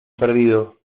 perdido